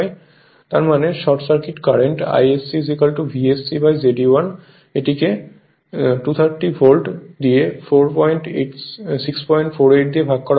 তার মানে short circuit current ISC VSC Ze1 এটিকে 230 ভোল্ট দিয়ে 648 দিয়ে ভাগ করা হয়